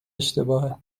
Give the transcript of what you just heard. اشتباهه